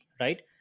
right